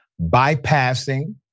bypassing